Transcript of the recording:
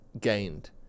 gained